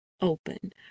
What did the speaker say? open